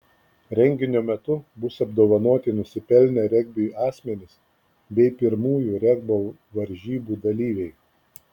renginio metu bus apdovanoti nusipelnę regbiui asmenys bei pirmųjų regbio varžybų dalyviai